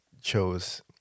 chose